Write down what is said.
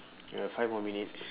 we have five more minutes